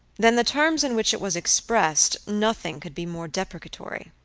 than the terms in which it was expressed, nothing could be more deprecatory.